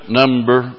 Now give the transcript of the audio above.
number